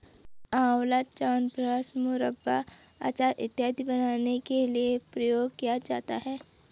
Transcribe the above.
आंवला च्यवनप्राश, मुरब्बा, अचार इत्यादि बनाने के लिए प्रयोग किया जाता है